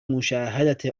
مشاهدة